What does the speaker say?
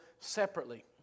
separately